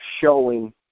showing